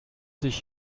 sich